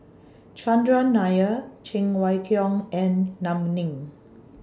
Chandran Nair Cheng Wai Keung and Lam Ning